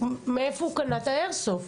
מאיפה הוא קנה את האיירסופט?